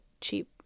cheap